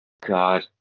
God